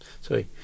sorry